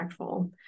impactful